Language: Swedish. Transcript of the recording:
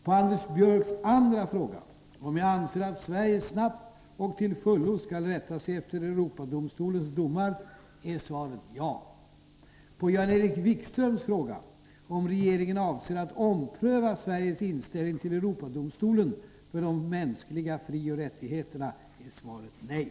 På Anders Björcks andra fråga, om jag anser att Sverige snabbt och till fullo skall rätta sig efter Europadomstolens domar, är svaret ja. På Jan-Erik Wikströms fråga, om regeringen avser att ompröva Sveriges inställning till Europadomstolen för de mänskliga frioch rättigheterna, är svaret nej.